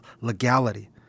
legality